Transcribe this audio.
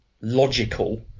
logical